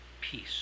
peace